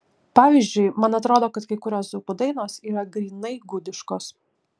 pavyzdžiui man atrodo kad kai kurios dzūkų dainos yra grynai gudiškos